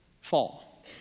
fall